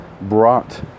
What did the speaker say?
brought